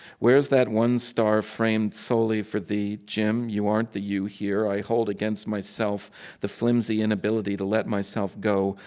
where's that one star framed solely for thee? jim, you aren't the you here. i hold against myself the flimsy inability to let myself go,